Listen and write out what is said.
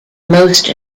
most